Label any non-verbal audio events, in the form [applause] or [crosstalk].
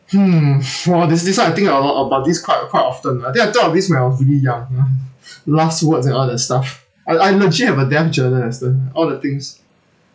hmm for this this one I think a lot about this quite quite often lah I think I thought of this when I was really young [laughs] last words and all that stuff I I legit have a damn journal lester all the things